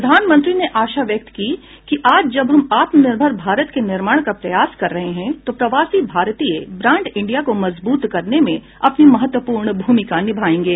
प्रधानमंत्री ने आशा व्यक्त की कि आज जब हम आत्मनिर्भर भारत के निर्माण का प्रयास कर रहे हैं तो प्रवासी भारतीय ब्रांड इंडिया को मजबूत करने में अपनी महत्वपूर्ण भूमिका निभाएंगे